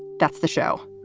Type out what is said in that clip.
that's the show.